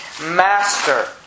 master